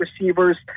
receivers